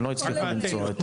הם לא הצליחו למצוא.